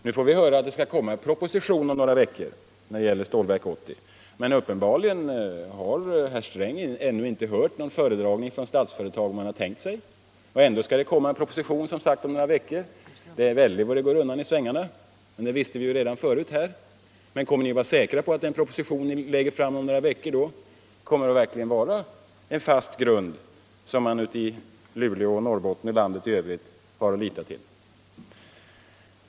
Nu får vi höra att det skall komma en proposition om några veckor, men uppenbarligen har herr Sträng ännu inte hört någon föredragning från Statsföretag om hur man där har tänkt sig det hela. Ändå skall det som sagt komma en proposition om några veckor — det är väldigt vad det går undan i svängarna! Kommer ni att vara säkra på att den proposition ni då lägger fram verkligen blir den fasta grund som människorna i Luleå och övriga Norrbotten och landet i övrigt kan ha att lita till?